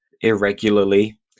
irregularly